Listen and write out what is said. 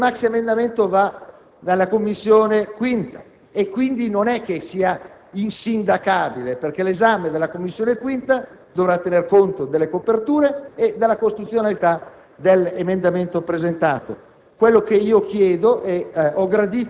e ne è testimonianza il fatto che il maxiemendamento viene trasmesso alla 5a Commissione. Quindi, non è che sia insindacabile, perché l'esame della 5a Commissione dovrà tenere conto delle coperture e della costituzionalità dell'emendamento presentato.